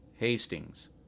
Hastings